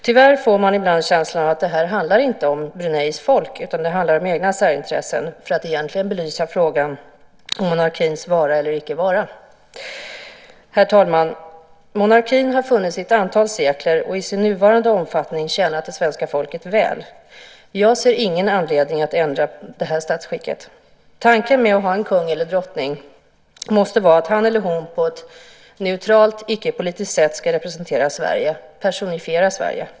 Tyvärr får man ibland känslan av att det här inte handlar om Bruneis folk utan om egna särintressen, för att egentligen belysa frågan om monarkins vara eller icke vara. Herr talman! Monarkin har funnits i ett antal sekler och i sin nuvarande omfattning tjänat det svenska folket väl. Jag ser ingen anledning att ändra det statsskicket. Tanken med att ha en kung eller drottning måste vara att han eller hon på ett neutralt, icke-politiskt sätt ska representera Sverige, personifiera Sverige.